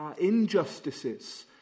injustices